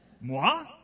Moi